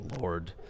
Lord